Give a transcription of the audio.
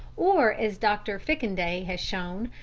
or as dr. fickendey has shown,